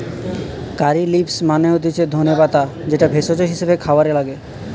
কারী leaves মানে হতিছে ধনে পাতা যেটা ভেষজ হিসেবে খাবারে লাগে